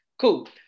cool